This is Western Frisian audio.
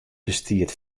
bestiet